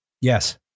yes